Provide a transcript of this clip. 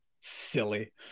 Silly